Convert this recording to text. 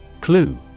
Clue